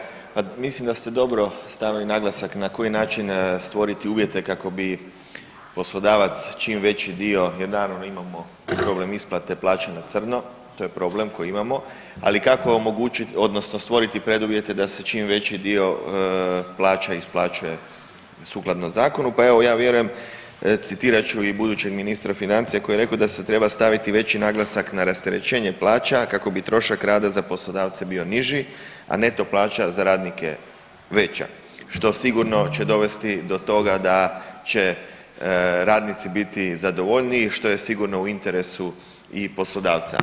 Poštovani, poštovani kolega, pa mislim da ste dobro stavili naglasak na koji način stvoriti uvjete kako bi poslodavac čim veći dio jer naravno imamo problem isplate plaće na crno, to je problem koji imamo, ali kako omogućiti odnosno stvoriti preduvjete da se čim veći dio plaća isplaćuje sukladno zakonu, pa evo ja vjerujem citirat ću i budućeg ministra financija koji je rekao da se treba staviti veći naglasak na rasterećenje plaća kako bi trošak rada za poslodavce bio niži, a neto plaća za radnike veća što sigurno će dovesti do toga da će radnici biti zadovoljniji što je sigurno u interesu i poslodavca.